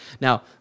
Now